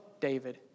David